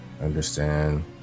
understand